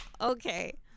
Okay